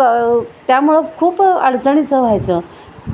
क त्यामुळे खूप अडचणीचं व्हायचं